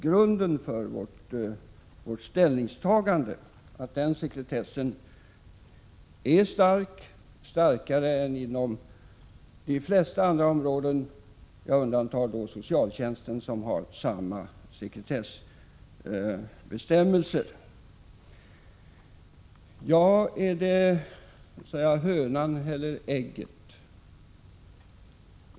Grunden för vårt ställningstagande är att denna sekretess är stark, starkare än inom de flesta andra områden — jag undantar då socialtjänsten, som har samma sekretessbestämmelser. Vilket kommer då först, hönan eller ägget?